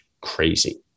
crazy